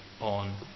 on